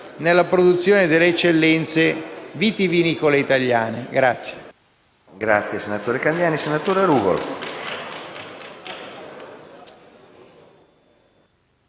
nella produzione delle eccellenze vitivinicole italiane.